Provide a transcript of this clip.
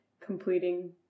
completing